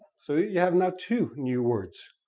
so, you have now two new words.